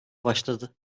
başladı